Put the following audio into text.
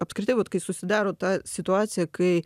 apskritai vat kai susidaro ta situacija kai